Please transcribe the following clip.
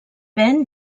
ven